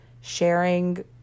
sharing